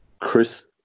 Chris